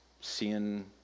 seeing